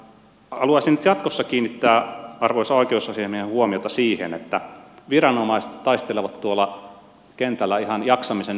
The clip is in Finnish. haluaisin nyt jatkossa kiinnittää arvoisan oikeusasiamiehen huomiota siihen että viranomaiset taistelevat tuolla kentällä ihan jaksamisen äärirajoissa